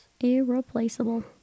Irreplaceable